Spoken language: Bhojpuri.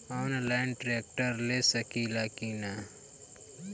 आनलाइन ट्रैक्टर ले सकीला कि न?